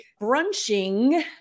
brunching